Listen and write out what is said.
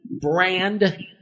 brand